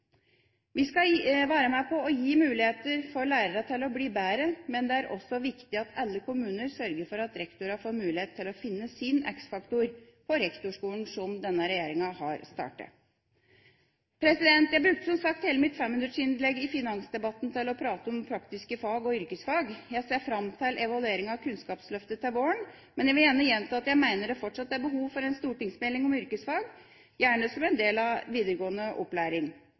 Vi skal være med på å gi muligheter for lærerne til å bli bedre, men det er også viktig at alle kommuner sørger for at rektorene får mulighet til å finne sin x-faktor på rektorskolen, som denne regjeringen har startet. Jeg brukte som sagt hele mitt femminuttersinnlegg i finansdebatten til å prate om praktiske fag og yrkesfagene. Jeg ser fram til evalueringa av Kunnskapsløftet til våren, men jeg vil gjerne gjenta at jeg mener det fortsatt er behov for en stortingsmelding om yrkesfag, gjerne som en del av videregående opplæring.